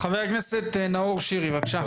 חבר הכנסת נאור שירי, בבקשה.